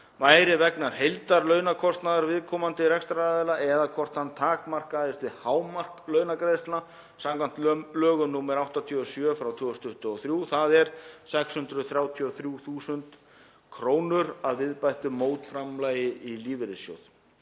væri vegna heildarlaunakostnaðar viðkomandi rekstraraðila eða hvort hann takmarkaðist við hámark launagreiðsla samkvæmt lögum nr. 87/2023, þ.e. 633.000 kr. að viðbættu mótframlagi í lífeyrissjóð.